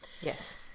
Yes